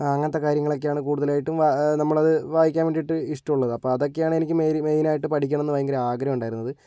അങ്ങനത്തെ കാര്യങ്ങളൊക്കെയാണ് കൂടുതലായിട്ടും നമ്മൾ അത് വായിക്കാൻ വേണ്ടിയിട്ട് ഇഷ്ടമുള്ളത് അപ്പോൾ അതൊക്കെയാണ് എനിക്ക് മെയിൻ മെയിനായിട്ട് പഠിക്കണമെന്ന് ഭയങ്കര ആഗ്രഹമുണ്ടായിരുന്നത്